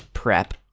prep